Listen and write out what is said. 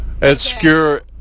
Obscure